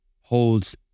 holds